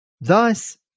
Thus